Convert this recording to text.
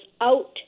out